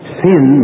sin